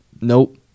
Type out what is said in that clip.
nope